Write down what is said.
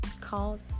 called